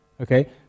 Okay